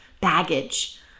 baggage